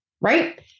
right